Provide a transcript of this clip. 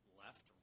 left